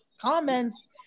comments